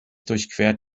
durchquert